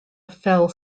fell